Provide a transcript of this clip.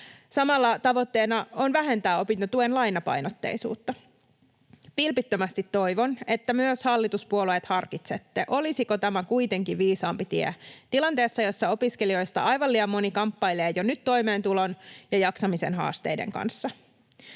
Samalla tavoitteena on vähentää opintotuen lainapainotteisuutta. Vilpittömästi toivon, että myös hallituspuolueet harkitsette, olisiko tämä kuitenkin viisaampi tie tilanteessa, jossa opiskelijoista aivan liian moni kamppailee jo nyt toimeentulon ja jaksamisen haasteiden kanssa.